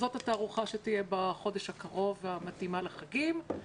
זאת התערוכה שתהיה בחודש הקרוב, המתאימה לחגים.